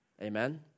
amen